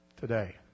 today